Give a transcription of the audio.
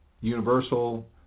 universal